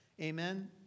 Amen